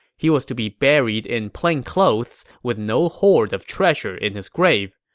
he was to be buried in plain clothes, with no horde of treasure in his grave.